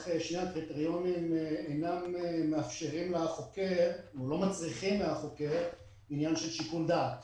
הקריטריונים לא מאפשרים לחוקר ולא מצריכים מהחוקר עניין של שיקול דעת.